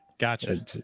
Gotcha